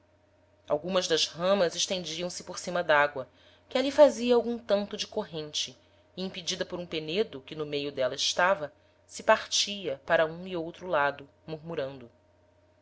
algumas das ramas estendiam-se por cima d'agoa que ali fazia algum tanto de corrente e impedida por um penedo que no meio d'éla estava se partia para um e outro lado murmurando